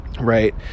Right